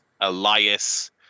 Elias